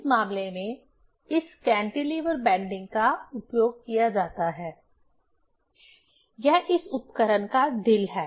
इस मामले में इस कैंटीलीवर बैंडिंग का उपयोग किया जाता है यह इस उपकरण का दिल है